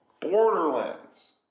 borderlands